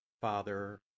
Father